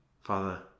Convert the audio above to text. Father